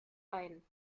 ein